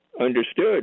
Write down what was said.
understood